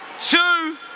two